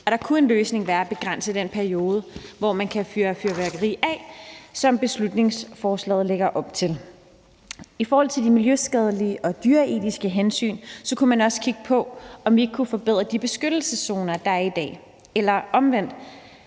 Der kunne en løsning være at begrænse den periode, hvor man kan fyre fyrværkeri af, hvilket beslutningsforslaget lægger op til. I forhold til de miljømæssige og dyreetiske hensyn kunne man også kigge på, om vi ikke kunne forbedre de beskyttelseszoner, der er i dag, eller omvendt,